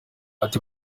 ati